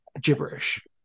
gibberish